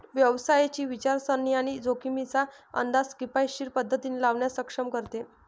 व्यवसायाची विचारसरणी आणि जोखमींचा अंदाज किफायतशीर पद्धतीने लावण्यास सक्षम करते